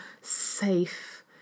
safe